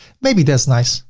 maybe that's nice.